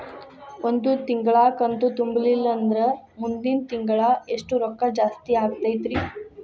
ಒಂದು ತಿಂಗಳಾ ಕಂತು ತುಂಬಲಿಲ್ಲಂದ್ರ ಮುಂದಿನ ತಿಂಗಳಾ ಎಷ್ಟ ರೊಕ್ಕ ಜಾಸ್ತಿ ಆಗತೈತ್ರಿ?